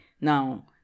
Now